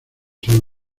san